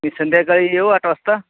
मी संध्याकाळी येऊ आठ वाजता